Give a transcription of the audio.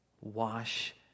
wash